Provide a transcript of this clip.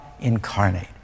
incarnate